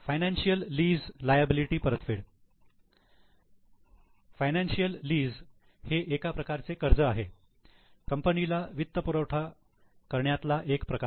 financial lease liability परतफेड financial lease हे एका प्रकारचे कर्ज आहे कंपनीला वित्तपुरवठा करण्यातला एक प्रकार